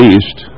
East